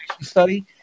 study